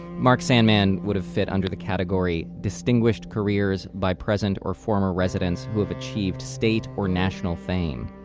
mark sandman would have fit under the category distinguished careers by present or former residents who have achieved state or national fame.